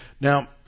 Now